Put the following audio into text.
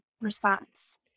response